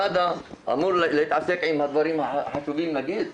מד"א אמור להתעסק עם הדברים החשובים נגיד,